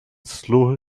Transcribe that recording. slow